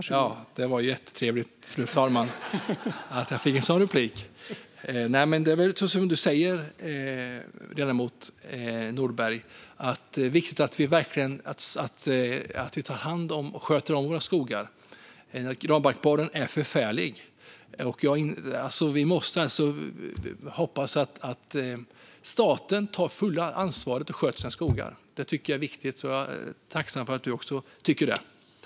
Fru talman! Det var ju jättetrevligt att jag fick en sådan replik. Det är som du säger, ledamot Nordberg - det är viktigt att vi verkligen tar hand om och sköter om våra skogar. Granbarkborren är förfärlig. Vi måste hoppas att staten tar sitt fulla ansvar och sköter sina skogar. Det tycker jag är viktigt, och jag är tacksam för att du också tycker det.